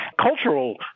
cultural